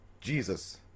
Jesus